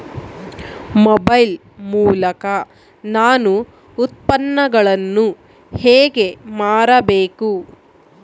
Mobile ಮೂಲಕ ನಾನು ಉತ್ಪನ್ನಗಳನ್ನು ಹೇಗೆ ಮಾರಬೇಕು?